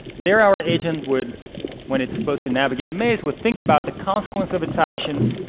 there, our agent would when it's supposed to navigate a maze would think about the consequence of its actions.